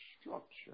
structure